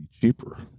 cheaper